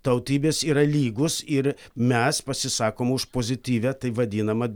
tautybės yra lygūs ir mes pasisakom už pozityvią taip vadinamą